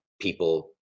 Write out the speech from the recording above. people